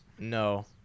No